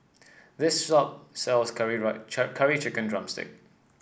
this shop sells curry right Curry Chicken drumstick